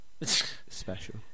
special